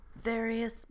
various